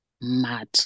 mad